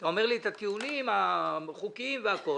אתה אומר לי את הטיעונים החוקיים והכול,